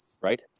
right